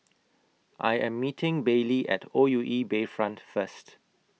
I Am meeting Baylie At O U E Bayfront First